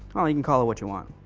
oh you can call it what you want.